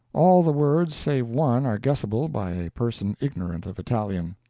all the words save one are guessable by a person ignorant of italian